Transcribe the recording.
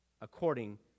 according